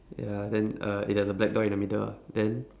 ya then uh it has a black dot in the middle ah then